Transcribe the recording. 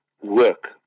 work